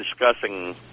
discussing